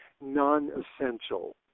non-essential